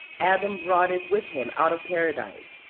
adam brought it with him out of paradise,